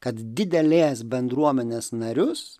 kad didelės bendruomenės narius